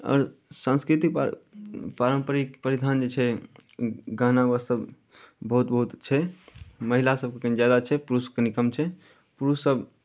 आओर सांस्कृतिक पा पारम्परिक परिधान जे छै गहना ओसभ बहुत बहुत छै महिलासभके कनि ज्यादा छै पुरुषसभके कनि कम छै पुरुषसभ